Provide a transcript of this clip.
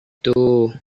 koran